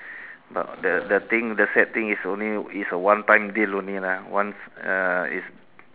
but the the thing the sad thing is only it's a one time deal only lah once uh it's